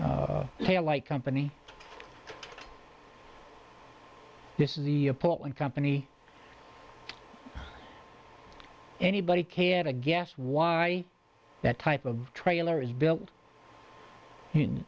y like company this is the portland company anybody care to guess why that type of trailer is built in